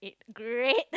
great